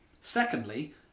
Secondly